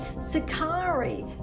Sakari